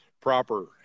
proper